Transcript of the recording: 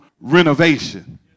renovation